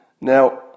Now